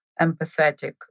empathetic